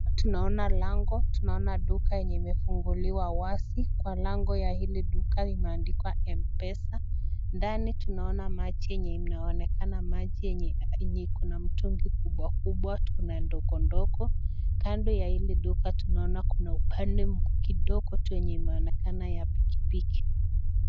Tunaona lango, tunaona duka enye imefunguliwa wazi, kwa lango ya hili duka imeandikwa Mpesa, ndani tunaona maji yenye inaonekana, maji yenye iko na mtungi kubwa kubwa , kuna ndogo ndogo, kando ya hili duka naona kuna upande kidogo tu yenye imeonekana ya pikipiki.